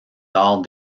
lors